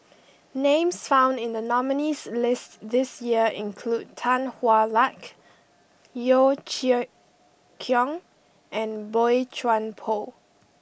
names found in the nominees' list this year include Tan Hwa Luck Yeo Chee Kiong and Boey Chuan Poh